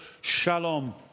shalom